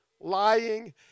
lying